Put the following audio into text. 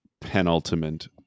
penultimate